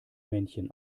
männchen